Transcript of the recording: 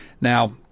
Now